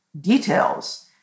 details